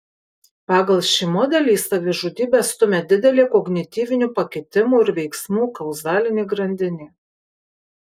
pagal šį modelį į savižudybę stumia didelė kognityvinių pakitimų ir veiksmų kauzalinė grandinė